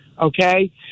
Okay